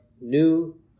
new